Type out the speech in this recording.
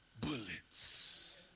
bullets